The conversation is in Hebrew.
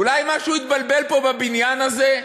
אולי משהו התבלבל פה בבניין הזה?